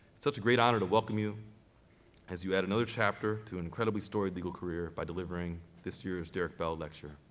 such a great honor to welcome you as you add another chapter to an incredibly storied legal career, by delivering this years derrick bell lecture.